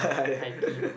hiking